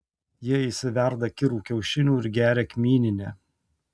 jie išsiverda kirų kiaušinių ir geria kmyninę